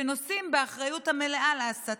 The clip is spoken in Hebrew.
שנושאים באחריות המלאה להסתה.